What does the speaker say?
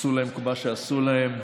שעשו להם את מה שעשו להם.